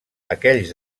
aquells